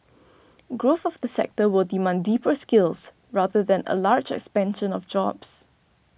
growth of the sector will demand deeper skills rather than a large expansion of jobs